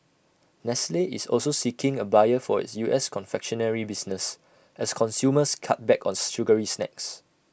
nestle is also seeking A buyer for its U S confectionery business as consumers cut back on sugary snacks